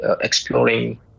exploring